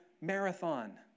marathon